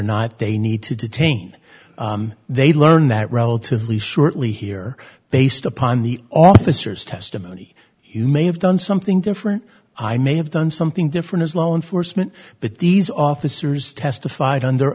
not they need to detain they learn that relatively shortly here based upon the officer's testimony you may have done something different i may have done something different as law enforcement but these officers testified